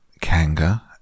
Kanga